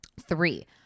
Three